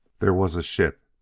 there was a ship.